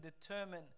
determine